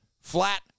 flat